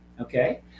okay